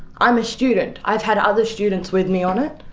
i'm a student, i've had other students with me on it,